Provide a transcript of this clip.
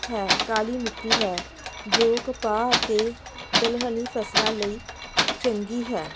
ਹੈ ਕਾਲੀ ਮਿੱਟੀ ਹੈ ਜੋ ਕਪਾਹ ਅਤੇ ਦਲਹਨੀ ਫਸਲਾਂ ਲਈ ਚੰਗੀ ਹੈ